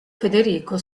federico